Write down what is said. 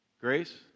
Grace